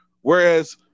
whereas